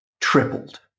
tripled